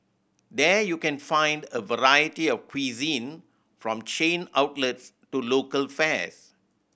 there you can find a variety of cuisine from chain outlets to local fares